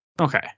okay